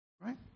Right